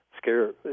Scare